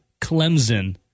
Clemson